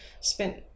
spent